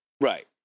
Right